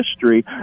history